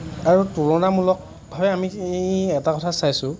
আৰু তুলনামূলক ভাৱে আমি এটা কথা চাইছোঁ